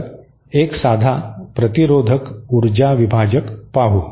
तर एक साधा प्रतिरोधक ऊर्जा विभाजक पाहू